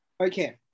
Okay